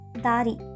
Dari